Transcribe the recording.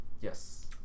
Yes